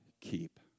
keep